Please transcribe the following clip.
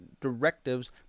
directives